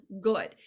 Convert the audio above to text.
good